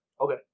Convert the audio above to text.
Okay